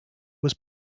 was